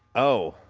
oh,